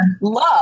love